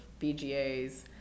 BGAs